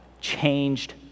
changed